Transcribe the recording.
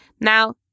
Now